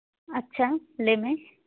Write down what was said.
ᱟᱪᱪᱷᱟ ᱞᱟᱹᱭ ᱢᱮ